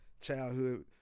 Childhood